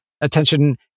attention